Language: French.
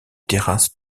terrasse